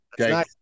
okay